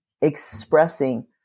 expressing